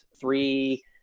three